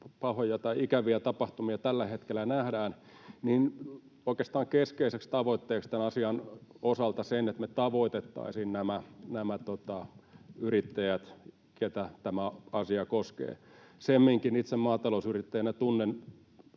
lukuja, miten ikäviä tapahtumia tällä hetkellä nähdään — nostan oikeastaan keskeiseksi tavoitteeksi tämän asian osalta sen, että me tavoitettaisiin nämä yrittäjät, joita tämä asia koskee, semminkin kun itse maatalousyrittäjänä tunnen